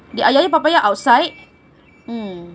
they yayapapaya outside mm